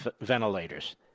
ventilators